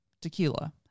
tequila